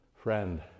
Friend